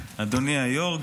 אדוני היו"ר,